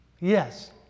yes